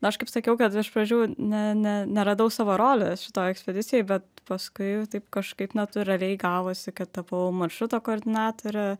o aš kaip sakiau kad iš pradžių ne ne ne radau savo rolės šitoj ekspedicijoj bet paskui taip kažkaip natūraliai gavosi kad tapau maršruto koordinatore